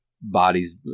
bodies